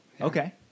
Okay